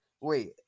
Wait